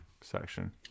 section